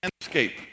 landscape